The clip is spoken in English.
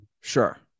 Sure